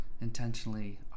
intentionally